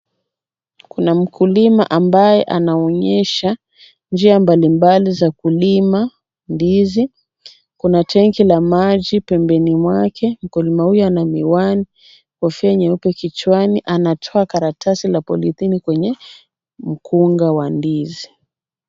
Kuna mkulima ambaye anaonyesha njia mbalimbali za kulima ndizi. Kuna tanki la maji pembeni mwake. Mkulima huyo ana miwani, kofia nyeupe kichwani anatoa karatasi la polithini kwenye mkunga wa ndizi.